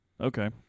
Okay